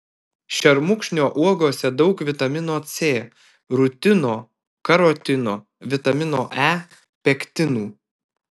šermukšnio uogose daug vitamino c rutino karotino vitamino e pektinų